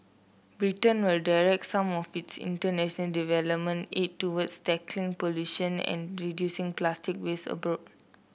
Britain will direct some of its internation development aid towards tackling pollution and reducing plastic waste abroad